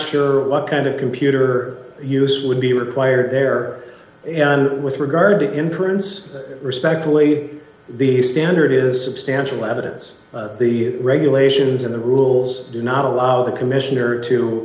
sure what kind of computer use would be required there and with regard to importance respectfully the standard is substantial evidence the regulations and the rules do not allow the commissioner to